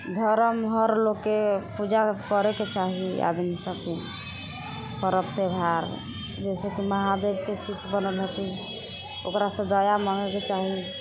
धरम हर लोकके पूजा करैके चाही आदमीसबके परव त्योहार जइसेकि महादेवके शिष्य बनल हथी ओकरासँ दया माँगैके चाही